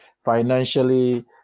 financially